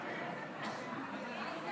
2021,